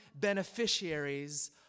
beneficiaries